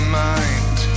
mind